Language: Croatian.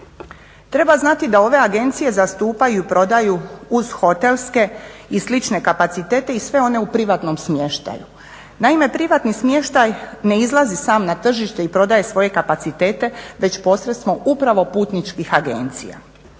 Treba znati da ove agencije zastupaju i prodaju uz hotelske i slične kapacitete i sve one u privatnom smještaju. Naime, privatni smještaj ne izlazi sam na tržište i prodaje svoje kapacitete već posredstvom upravo putničkih agencija